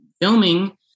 filming